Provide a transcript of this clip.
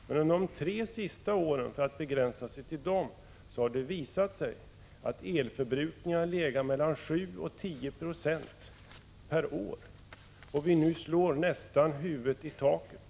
Men de tre senaste åren, för att begränsa mig till dem, har det visat sig att elförbrukning en har legat mellan 7 och 10 96 per år och att vi nu nästan slår huvudet i taket. — Prot.